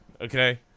okay